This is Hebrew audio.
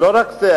לא רק זה.